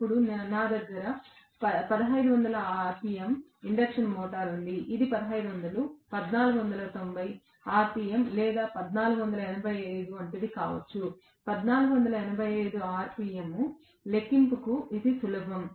ఇప్పుడు నా దగ్గర 1500 ఆర్పిఎమ్ ఇండక్షన్ మోటారు ఉంది ఇది 1500 1490 ఆర్పిఎమ్ లేదా 1485 వంటిది కావచ్చు 1485 ఆర్పిఎమ్ లెక్కింపుకు ఇది సులభం